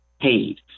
paid